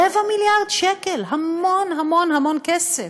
רבע מיליארד שקל, המון המון המון כסף.